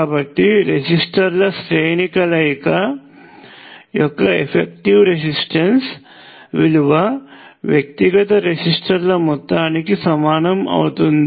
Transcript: కాబట్టి రెసిస్టర్ల శ్రేణి కలయిక యొక్క ఎఫెక్టివ్ రెసిస్టెన్స్ విలువ వ్యక్తిగత రెసిస్టర్ల మొత్తానికి సమానం అవుతుంది